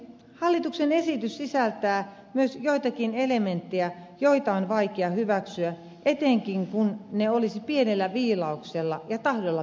hallituksen esitys sisältää myös joitakin elementtejä joita on vaikea hyväksyä etenkin kun ne olisi pienellä viilauksella ja tahdolla pystytty korjaamaan